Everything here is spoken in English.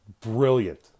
Brilliant